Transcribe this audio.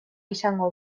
izango